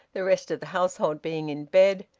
the rest of the household being in bed,